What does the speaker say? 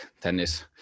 tennis